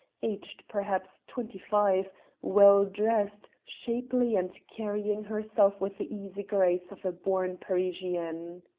aged perhaps twenty-five, well dressed, shapely, and carrying herself with the easy grace of a born parisienne.